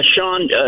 Sean